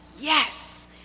yes